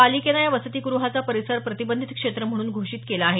पालिकेनं या वसतीग्रहाचा परिसर प्रतिबंधित क्षेत्र म्हणून घोषीत केला आहे